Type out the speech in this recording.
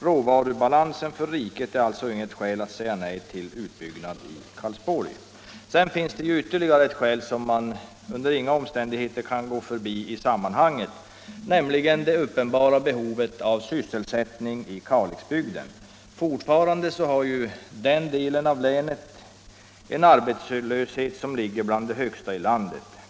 Råvarubalansen för riket är alltså inget skäl att säga nej till utbyggnad i Karlsborg. Sedan finns det ytterligare ett skäl som man under inga omständigheter kan gå förbi i sammanhanget, nämligen det uppenbara behovet av sysselsättning i Kalixbygden. Fortfarande redovisar den delen av länet arbetslöshetssiffror som ligger bland de högsta i landet.